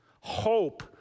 Hope